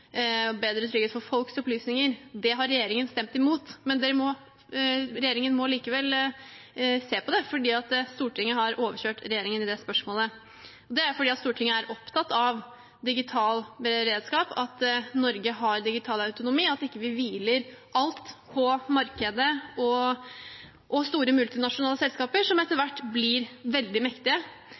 og bedre trygghet for folks opplysninger. Det har regjeringen gått imot, men regjeringen må likevel se på det, for Stortinget har overkjørt regjeringen i det spørsmålet. Det er fordi Stortinget er opptatt av digital beredskap, at Norge har digital autonomi, at vi ikke hviler alt på markedet og store multinasjonale selskaper som etter hvert blir veldig mektige.